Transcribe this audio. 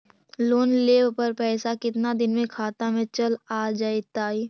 Loan लेब पर पैसा कितना दिन में खाता में चल आ जैताई?